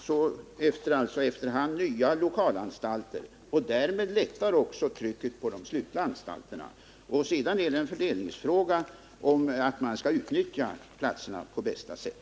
Herr talman! Vi bygger efter hand nya lokalanstalter. Därmed lättar trycket på de slutna anstalterna. Sedan är det en fördelningsfråga hur man skall utnyttja platserna på bästa sätt.